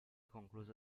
concluse